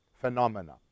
phenomena